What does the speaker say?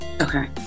Okay